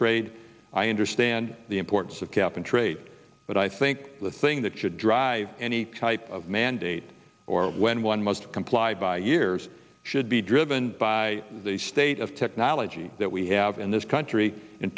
trade i understand the importance of cap and trade but i think the thing that should drive any type of mandate or when one must comply by years should be driven by the state of technology that we have in this country in